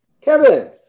Kevin